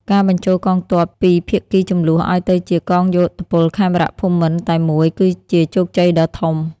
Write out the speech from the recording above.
ការបញ្ចូលកងទ័ពពីភាគីជម្លោះឱ្យទៅជា "កងយោធពលខេមរភូមិន្ទ" តែមួយ គឺជាជោគជ័យដ៏ធំ។